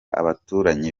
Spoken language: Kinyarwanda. abaturanyi